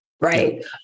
Right